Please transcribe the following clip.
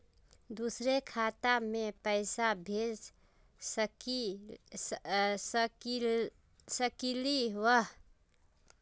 दुसरे खाता मैं पैसा भेज सकलीवह?